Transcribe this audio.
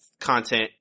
content